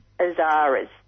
Azara's